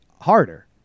harder